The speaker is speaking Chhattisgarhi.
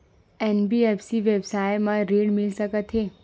एन.बी.एफ.सी व्यवसाय मा ऋण मिल सकत हे